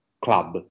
club